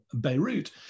Beirut